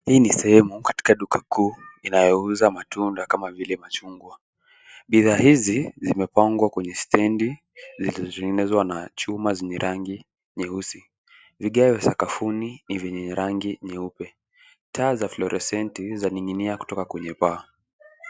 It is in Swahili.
Hii ni sehemu katika duka kuu inayouza matunda kama vile machungwa. Bidhaa hizi zimepangwa kwenye stendi zilizo tengenezwa kwa chuma yenye rangi nyeusi. Vigae sakafuni ni ya rangi nyeupe. Taa za florosenti zaning'inia kutoka kwenye paa.